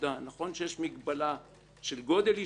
נכון שיש מגבלה של גודל ישוב,